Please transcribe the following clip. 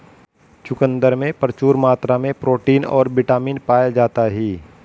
चुकंदर में प्रचूर मात्रा में प्रोटीन और बिटामिन पाया जाता ही